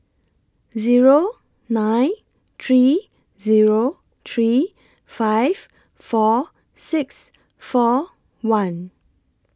Zero nine three Zero three five four six four one